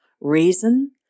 reason